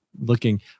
looking